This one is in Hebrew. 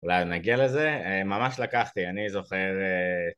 אולי נגיע לזה? ממש לקחתי, אני זוכר אה...